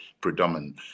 predominant